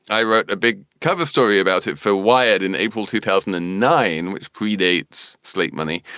i wrote a big cover story about it for wired in april two thousand and nine, which pre-dates sleep money.